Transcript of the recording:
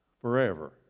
forever